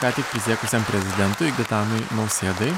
ką tik prisiekusiam prezidentui gitanui nausėdai